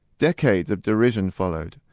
decades of derision followed.